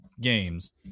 games